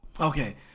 Okay